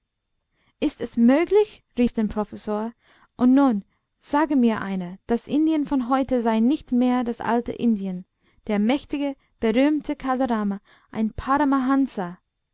ist es möglich rief der professor und nun sage mir einer das indien von heute sei nicht mehr das alte indien der mächtige berühmte kala rama ein